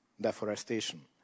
deforestation